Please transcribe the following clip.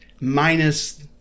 Minus